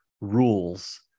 rules